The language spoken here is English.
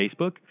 facebook